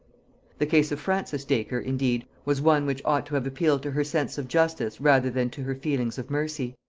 the case of francis dacre indeed was one which ought to have appealed to her sense of justice rather than to her feelings of mercy.